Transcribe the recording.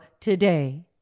today